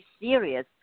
serious